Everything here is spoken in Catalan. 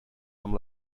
amb